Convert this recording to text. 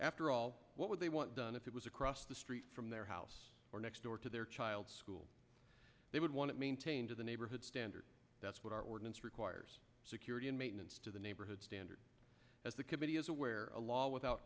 after all what would they want done if it was across the street from their house or next door to their child's school they would want to maintain to the neighborhood standard that's what our ordinance requires security and maintenance to the neighborhood standards as the committee is aware a law without